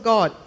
God